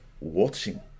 watching